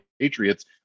Patriots